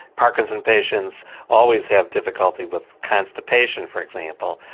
parkinson's patients always have difficulty with constipation for example,